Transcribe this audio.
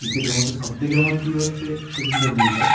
ক্রিকেটের মধ্যে সবথেকে আমার প্রিয় হচ্ছে শচীন তেন্ডুলকার